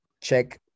check